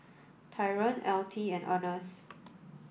Tyron Altie and Earnest